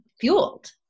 fueled